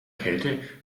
kälte